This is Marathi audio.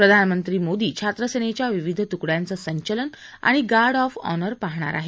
प्रधानमंत्री मोदी छात्रसेनेच्या विविध तुकड्यांच संचलन आणि गार्ड ऑफ ऑनर पाहणार आहेत